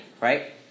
right